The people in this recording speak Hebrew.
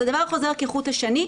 אז הדבר חוזר כחוט השני,